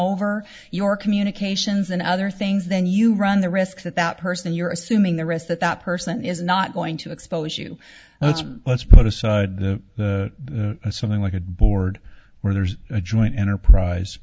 over your communications and other things then you run the risk that that person you're assuming the risk that that person is not going to expose you that's let's put aside something like a bore word where there's a joint enterprise